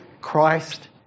Christ